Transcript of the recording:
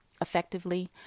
effectively